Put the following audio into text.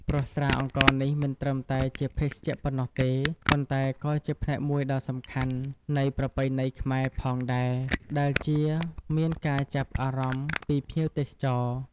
ព្រោះស្រាអង្ករនេះមិនត្រឹមតែជាភេសជ្ជៈប៉ុណ្ណោះទេ ប៉ុន្តែក៏ជាផ្នែកមួយដ៏សំខាន់នៃប្រពៃណីរបស់ខ្មែរផងដែរ ដែលជាមានការចាប់អារម្មណ៏ពីភ្ញៀវទេសចរណ៍។